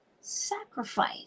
sacrifice